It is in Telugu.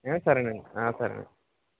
సరేనండి సరే నండి